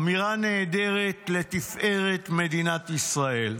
אמירה נהדרת, לתפארת מדינת ישראל.